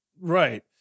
Right